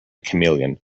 chameleon